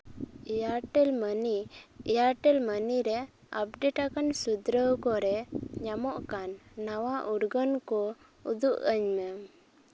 ᱮᱭᱟᱨᱴᱮ ᱞ money Airtel money ᱨᱮ update ᱟᱠᱟᱱ ᱥᱩᱫᱽᱨᱟᱹᱣ ᱠᱚᱨᱮ ᱧᱟᱢᱚᱜ ᱠᱟᱱ ᱱᱟᱣᱟ ᱩᱨᱜᱟᱹᱱ ᱠᱚ ᱩᱫᱩᱜᱽ ᱟᱹᱧ ᱢᱮ